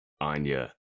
Anya